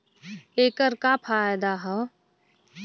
ऐकर का फायदा हव?